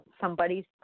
somebody's